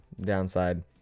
downside